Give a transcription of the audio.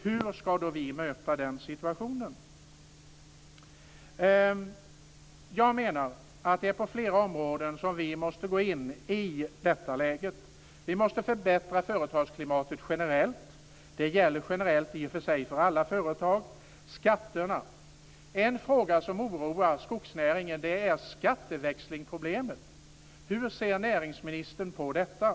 Hur skall vi möta den situationen? Jag menar att vi i detta läge måste gå in på flera områden. Vi måste förbättra företagsklimatet generellt; det gäller i och för sig för alla företag. När det gäller skatterna oroar sig skogsnäringen för skatteväxlingsproblemet. Hur ser näringsministern på detta?